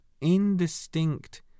indistinct